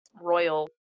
Royal